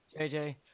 JJ